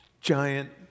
giant